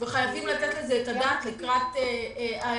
חייבים לתת על זה את הדעת לקראת עכשיו,